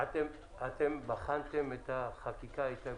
אתם בחנתם את החקיקה האיטלקית?